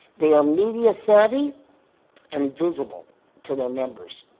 they are media-savvy and visible to their members.